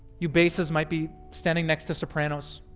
you bases might be standing next to sopranos,